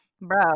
bro